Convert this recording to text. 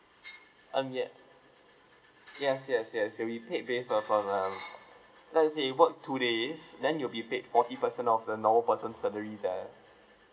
earn yeah yes yes yes K we pay based on from um let's say if you work two days then you'll be paid forty percent of the normal person salary there